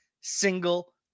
single